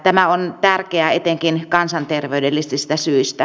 tämä on tärkeää etenkin kansanterveydellisistä syistä